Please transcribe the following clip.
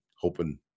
hoping